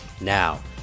Now